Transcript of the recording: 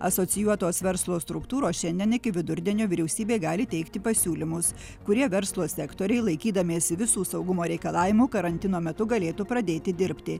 asocijuotos verslo struktūros šiandien iki vidurdienio vyriausybė gali teikti pasiūlymus kurie verslo sektoriai laikydamiesi visų saugumo reikalavimų karantino metu galėtų pradėti dirbti